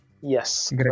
Yes